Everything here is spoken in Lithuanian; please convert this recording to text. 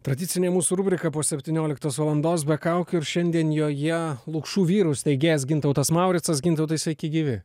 tradicinė mūsų rubrika po septynioliktos valandos be kaukių ir šiandien joje lukšų vyrų steigėjas gintautas mauricas gintautai sveiki gyvi